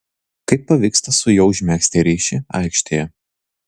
kaip pavyksta su juo užmegzti ryšį aikštėje